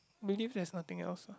believe there's nothing else lah